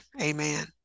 amen